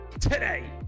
Today